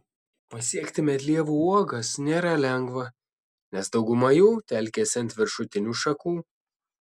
pasiekti medlievų uogas nėra lengva nes dauguma jų telkiasi ant viršutinių šakų